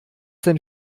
denn